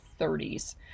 30s